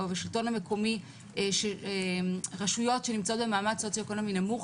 גם בשלטון המקומי רשויות שנמצאות במעמד סוציו אקונומי נמוך,